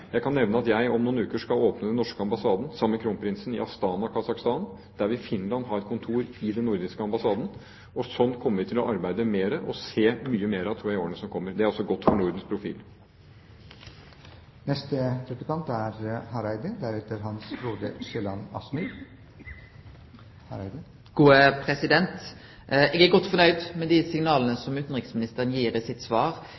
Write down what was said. Jeg kan nevne at jeg om noen uker skal åpne den norske ambassaden sammen med Kronprinsen i Astana, Kasakhstan. Der vil Finland ha et kontor, i den nordiske ambassaden, og slik kommer vi til å arbeide mer og se mye mer av, tror jeg, i årene som kommer. Det er også godt for Nordens profil. Eg er